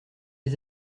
les